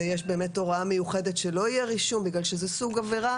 ויש באמת הוראה מיוחדת שלא יהיה רישום כי זה סוג עבירה